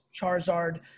Charizard